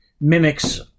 mimics